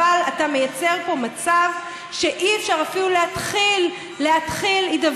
אבל אתה מייצר פה מצב שאי-אפשר אפילו להתחיל הידברות,